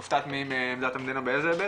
הופתעת מעמדת המדינה באיזה היבט?